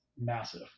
massive